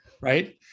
right